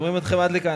שומעים אתכם עד לכאן.